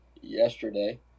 yesterday